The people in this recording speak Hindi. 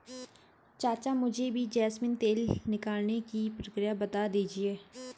चाचा मुझे भी जैस्मिन तेल निकालने की प्रक्रिया बता दीजिए